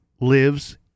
lives